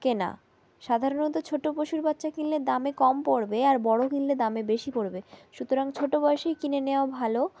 কেনা সাধারণত ছোট পশুর বাচ্চা কিনলে দামে কম পড়বে আর বড় কিনলে দামে বেশি পড়বে সুতরাং ছোট বয়সেই কিনে নেওয়া ভালো